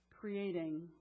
creating